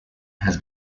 has